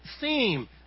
theme